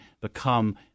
become